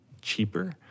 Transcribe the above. cheaper